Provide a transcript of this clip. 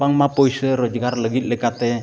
ᱵᱟᱝᱢᱟ ᱯᱚᱭᱥᱟᱹ ᱨᱚᱡᱽᱜᱟᱨ ᱞᱟᱹᱜᱤᱫ ᱞᱮᱠᱟᱛᱮ